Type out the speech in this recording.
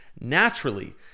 naturally